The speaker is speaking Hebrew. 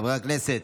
חברי הכנסת,